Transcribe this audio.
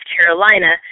Carolina